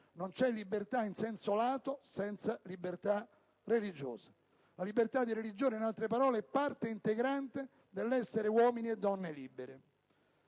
non c'è libertà in senso lato senza libertà religiosa. La libertà di religione, in altre parole, è parte integrante dell'essere uomini e donne liberi.